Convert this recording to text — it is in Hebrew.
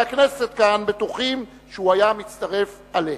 הכנסת כאן בטוחים שהוא היה מצטרף אליהם.